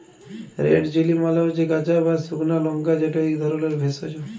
red chilli মালে হচ্যে কাঁচা বা সুকনা লংকা যেট ইক ধরলের ভেষজ